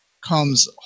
Comes